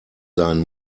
sein